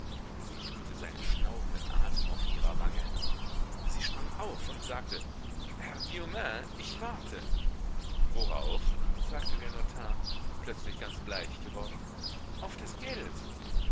sie fühlte seinen schnaubenden atem auf ihrer wange sie sprang auf und sagte herr guillaumin ich warte worauf sagte der notar plötzlich ganz bleich geworden auf das geld